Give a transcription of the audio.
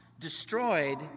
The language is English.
destroyed